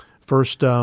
first